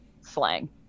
slang